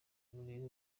uburere